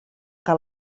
que